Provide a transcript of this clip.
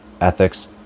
Ethics